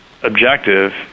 objective